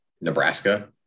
Nebraska